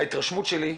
התרשמותי היא